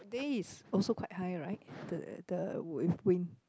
that day is also quite high right the the with win